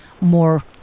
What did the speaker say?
more